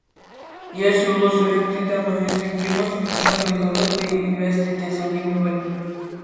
jie siūlo surengti ten naujus rinkimus o šiam laikotarpiui įvesti tiesioginį valdymą